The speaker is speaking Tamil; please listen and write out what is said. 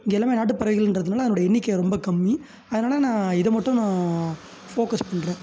இங்கே எல்லாமே நாட்டுப் பறவைகளுன்றதுனால அதனுடைய எண்ணிக்கை ரொம்ப கம்மி அதனாலே நான் இதை மட்டும் நான் ஃபோகஸ் பண்ணுறேன்